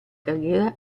carriera